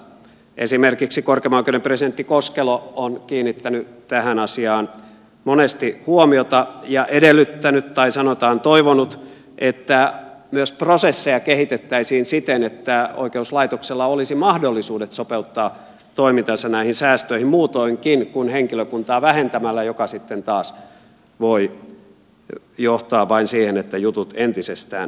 esimerkiksi korkeimman oikeuden presidentti koskelo on kiinnittänyt tähän asiaan monesti huomiota ja edellyttänyt tai sanotaan toivonut että myös prosesseja kehitettäisiin siten että oikeuslaitoksella olisi mahdollisuudet sopeuttaa toimintaansa näihin säästöihin muutoinkin kuin henkilökuntaa vähentämällä joka sitten taas voi johtaa vain siihen että jutut entisestään pitkittyvät